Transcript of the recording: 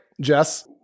jess